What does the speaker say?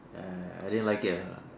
eh I didn't like it a lot uh